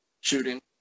shooting